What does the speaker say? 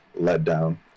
letdown